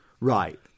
right